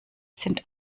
sind